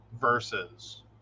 Versus